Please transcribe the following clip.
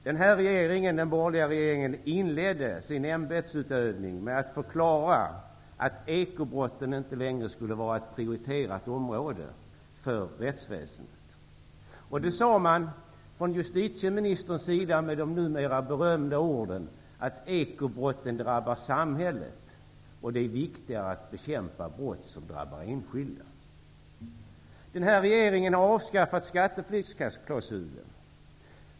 Den borgerliga regeringen inledde sin ämbetsutövning med att förklara att ekobrotten inte längre skulle vara ett prioriterat område för rättsväsendet. Det sade justitieministern med de numera berömda orden: Ekobrotten drabbar samhället. Det är viktigare att bekämpa brott som drabbar enskilda. Den här regeringen har avskaffat skatteflyktsklausulen.